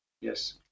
Yes